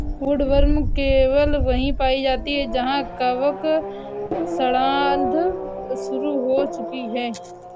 woodworm केवल वहीं पाई जाती है जहां कवक सड़ांध शुरू हो चुकी है